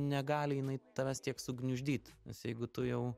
negali jinai tavęs tiek sugniuždyt nes jeigu tu jau